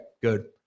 good